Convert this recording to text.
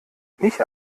mich